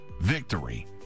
Victory